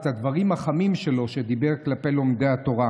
את הדברים החמים שלו שאמר על לומדי התורה.